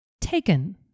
taken